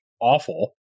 awful